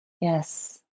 Yes